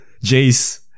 Jace